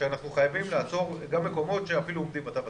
שאנחנו חייבים לעצור גם מקומות שאפילו עומדים בתו הסגול.